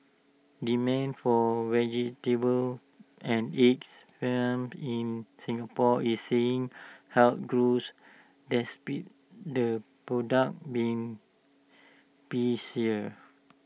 demand for vegetables and eggs farmed in Singapore is seeing health growth despite the product being pricier